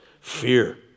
Fear